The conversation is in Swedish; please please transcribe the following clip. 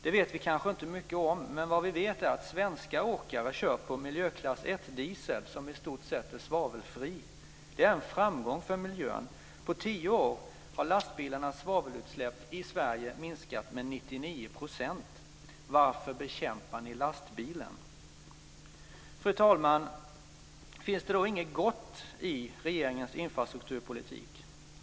Det vet vi kanske inte mycket om, men vi vet att svenska åkare kör på miljöklass 1-diesel, som är i stort sett svavelfri. Det är en framgång för miljön. På tio år har lastbilarnas svavelutsläpp i Sverige minskat med 99 %. Varför bekämpar ni lastbilen? Fru talman! Finns då inget gott i regeringens infrastrukturpolitik?